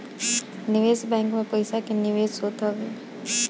निवेश बैंक में पईसा के निवेश होत हवे